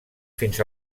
fins